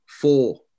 four